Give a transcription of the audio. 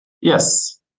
Yes